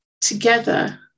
Together